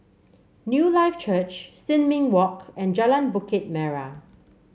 Newlife Church Sin Ming Walk and Jalan Bukit Merah